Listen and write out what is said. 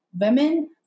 women